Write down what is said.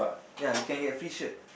ya you can get free shirt